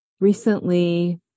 recently